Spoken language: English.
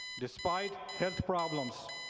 despite health problems,